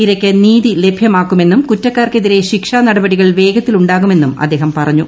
ഇരയ്ക്ക് നീതി ലഭൃമാക്കുമെന്നും കുറ്റക്കാർക്കെതിരെ ശിക്ഷാനടപടികൾ വേഗത്തിലു ാകുമെന്നും അദ്ദേഹം പറഞ്ഞു